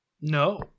No